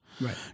Right